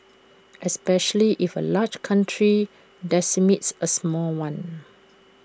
especially if A large country decimates A small one